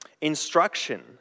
instruction